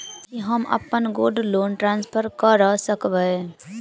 की हम अप्पन gold loan transfer करऽ सकबै?